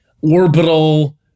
orbital